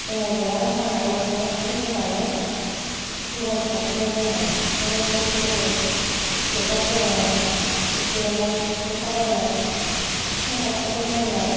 एमाव देनानै फाननानै बेजोंनो फेहेरनानै जुमाय संफिनो जोङो बेजोंनो गथ' गथाइ लेखा फोरोङो एसे एनै लेखा बायनो खाथा फावथेन बायनो